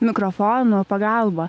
mikrofonų pagalba